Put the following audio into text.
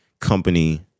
company